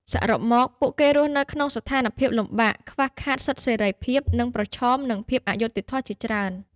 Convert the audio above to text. សរុបមក ពួកគេរស់នៅក្នុងស្ថានភាពលំបាក ខ្វះខាតសិទ្ធិសេរីភាព និងប្រឈមនឹងភាពអយុត្តិធម៌ជាច្រើន។